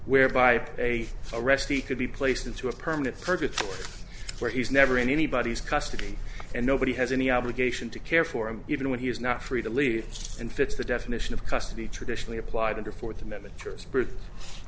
whereby a arrestee could be placed into a permanent purgatory where he's never in anybody's custody and nobody has any obligation to care for him even when he is not free to leave and fits the definition of custody traditionally applied under fourth amendment for spirit